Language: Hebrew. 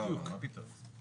לא, מה פתאום?